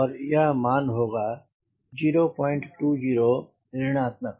और यह मान होगा 020 ऋणात्मक